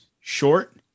short